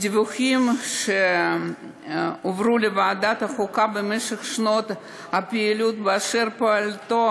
מדיווחים שהועברו לוועדת החוקה במשך שנות הפעילות באשר לפעולתו